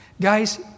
Guys